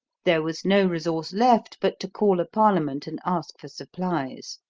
there was no resource left but to call a parliament and ask for supplies.